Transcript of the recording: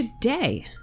today